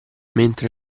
mentre